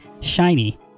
shiny